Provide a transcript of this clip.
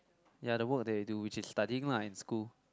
ya the work that you do which is studying lah in school